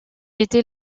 était